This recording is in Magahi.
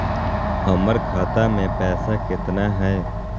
हमर खाता मे पैसा केतना है?